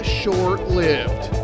short-lived